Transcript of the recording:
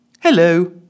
Hello